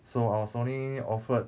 so I was only offered